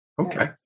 Okay